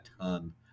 ton